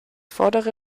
vordere